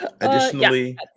Additionally